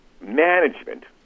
management